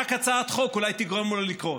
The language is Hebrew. רק הצעת חוק אולי תגרום לו לקרות.